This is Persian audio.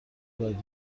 باید